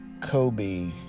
Kobe